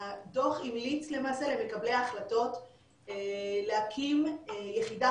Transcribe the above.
הדוח המליץ למקבלי ההחלטות להקים יחידה